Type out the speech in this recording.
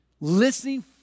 Listening